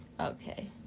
Okay